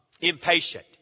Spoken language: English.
impatient